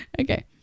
Okay